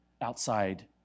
outside